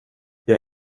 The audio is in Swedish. jag